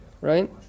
right